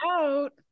out